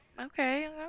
okay